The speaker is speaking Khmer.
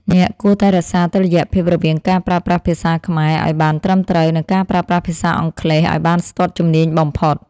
អ្នកគួរតែរក្សាតុល្យភាពរវាងការប្រើប្រាស់ភាសាខ្មែរឱ្យបានត្រឹមត្រូវ និងការប្រើប្រាស់ភាសាអង់គ្លេសឱ្យបានស្ទាត់ជំនាញបំផុត។